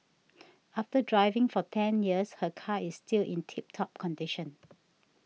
after driving for ten years her car is still in tip top condition